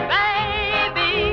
baby